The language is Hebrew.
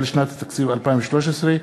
התשע"ה 2014,